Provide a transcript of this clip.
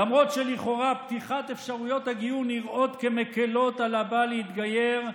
למרות שלכאורה פתיחת אפשרויות הגיור נראית כמקילה על הבא להתגייר,